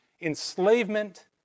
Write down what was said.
enslavement